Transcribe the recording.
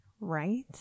Right